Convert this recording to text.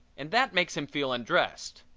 and that makes him feel undressed.